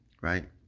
right